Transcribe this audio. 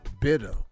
bitter